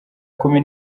kumi